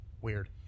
Weird